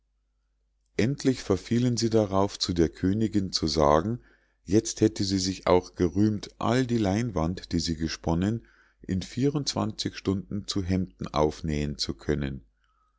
endlich verfielen sie darauf zu der königinn zu sagen jetzt hätte sie sich auch gerühmt all die leinwand die sie gesponnen in vier und zwanzig stunden zu hemden aufnähen zu können